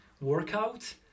workout